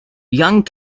young